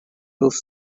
both